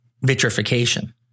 vitrification